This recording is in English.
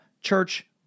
church